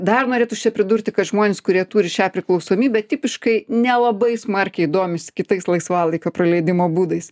dar norėtųs čia pridurti kad žmonės kurie turi šią priklausomybę tipiškai nelabai smarkiai domisi kitais laisvalaikio praleidimo būdais